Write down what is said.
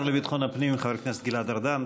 השר לביטחון הפנים חבר הכנסת גלעד ארדן,